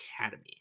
Academy